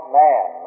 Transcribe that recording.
man